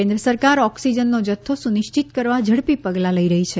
કેન્દ્ર સરકાર ઓકસીજનનો જથ્થો સુનિશ્ચિત કરવા ઝડપી પગલાં લઇ રહી છે